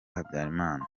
habyarimana